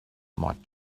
might